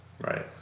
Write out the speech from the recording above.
Right